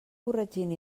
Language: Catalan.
corregint